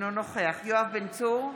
אינו נוכח יואב בן צור,